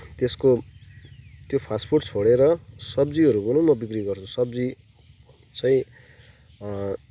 त्यसको त्यो fast food छोडे्र सब्जीहरू पनि म बिक्री गर्छु सब्जी चाहिँ